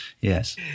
Yes